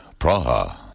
Praha